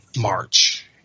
March